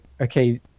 okay